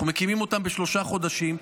אנחנו מקימים אותם בשלושה חודשים,